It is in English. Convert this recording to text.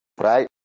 right